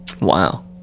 wow